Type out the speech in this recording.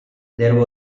there